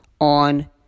on